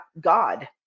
god